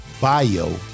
bio